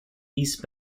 east